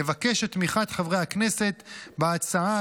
נבקש את תמיכת חברי הכנסת בהצעה,